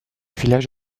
village